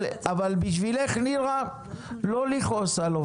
אבל בשבילך, נירה, לא לכעוס על עובדי ציבור.